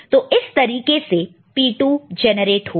तो इस तरीके से P2 जेनरेट होगा